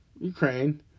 Ukraine